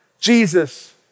Jesus